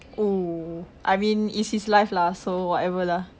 oo I mean it's his life lah so whatever lah